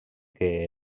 que